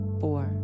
four